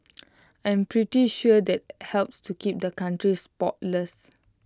I'm pretty sure that helps to keep the country spotless